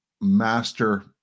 master